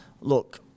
look